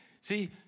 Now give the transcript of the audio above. See